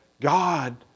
God